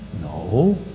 No